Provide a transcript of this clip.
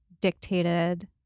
dictated